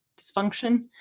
dysfunction